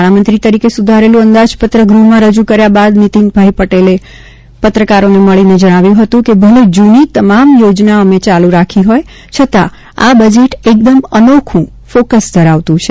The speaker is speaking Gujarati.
નાણામંત્રી તરીકે સુધારેલું અંદાજપત્ર ગ્રહમાં રજૂ કર્યા બાદ નિતિનભાઇ પટેલ પત્રકારોને મળ્યા હતા અને કહ્યું હતું કે ભલે જુની તમામ યોજના અમે ચાલુ રાખી હોય છતાં આ બજેટ એકદમ અનોખુ ફોકસ ધરાવે છે